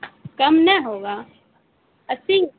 کم نہ ہوگا اسّی